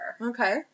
Okay